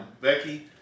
Becky